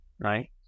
right